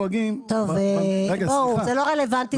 זה לא רלוונטי,